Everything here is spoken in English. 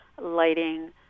lighting